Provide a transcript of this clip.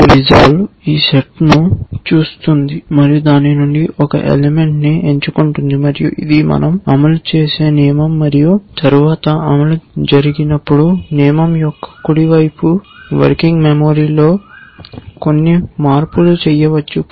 అప్పుడు రెసొల్వె ఈ సెట్ను చూస్తుంది మరియు దాని నుండి ఒక ఎలిమెంట్ ని ఎంచుకుంటుంది మరియు ఇది మనం అమలు చేసే నియమం మరియు తరువాత అమలు జరిగినప్పుడు నియమం యొక్క కుడి వైపు వర్కింగ్ మెమరీలో కొన్ని మార్పులు చేయవచ్చు